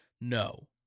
No